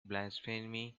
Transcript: blasphemy